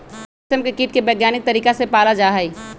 रेशम के कीट के वैज्ञानिक तरीका से पाला जाहई